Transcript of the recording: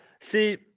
see